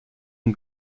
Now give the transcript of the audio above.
une